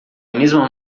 mesma